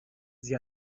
sie